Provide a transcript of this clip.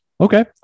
Okay